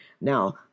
Now